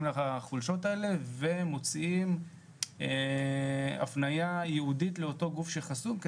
לחולשות האלה ומוצאים הפנייה ייעודית לאותו גוף שחשוף,